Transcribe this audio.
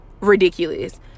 ridiculous